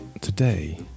today